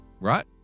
Right